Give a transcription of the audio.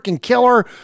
killer